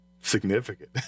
significant